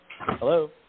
Hello